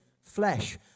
flesh